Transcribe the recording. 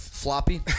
Floppy